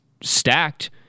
stacked